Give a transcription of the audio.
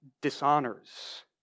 dishonors